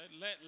Let